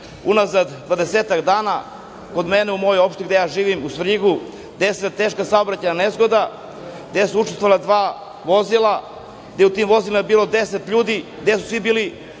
unazad dvadesetak dana kod mene u mojoj opštini gde ja živim u Svrljigu desila se teška saobraćajna nesreća gde su učestvovala dva vozila. U tim vozilima je bilo deset ljudi, gde su svi bili